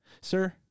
Sir